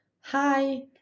hi